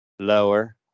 Lower